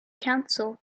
counsel